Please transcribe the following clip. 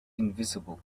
invisible